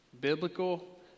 Biblical